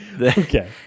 Okay